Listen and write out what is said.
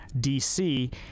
DC